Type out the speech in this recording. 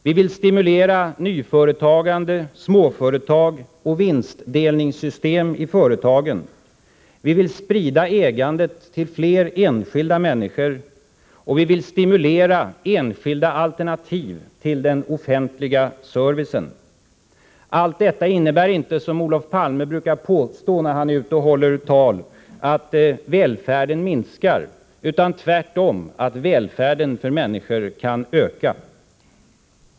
Vi vill stimulera nyföretagande, småföretag och vinstdelningssystem i företagen. Vi vill sprida ägandet till fler enskilda människor, och vi vill stimulera enskilda alternativ till den offentliga servicen. Allt detta innebär inte, vilket Olof Palme brukar påstå när han är ute och håller tal, att välfärden minskar. Tvärtom betyder det att välfärden för människor kan öka.